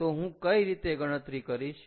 તો હું કઈ રીતે ગણતરી કરીશ